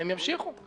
הם ימשיכו.